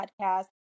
podcast